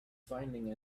finding